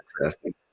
interesting